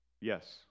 Yes